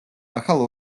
ახალ